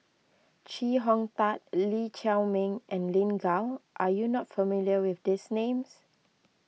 Chee Hong Tat Lee Chiaw Meng and Lin Gao are you not familiar with these names